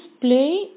play